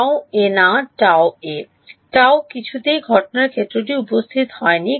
Γ′ এ না Γ এ Γ কিছুতেই ঘটনার ক্ষেত্রটি উপস্থিত হয় নি